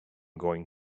going